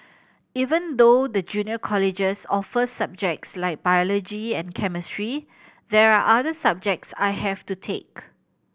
even though the junior colleges offer subjects like biology and chemistry there are other subjects I have to take